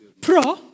Pro